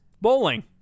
bowling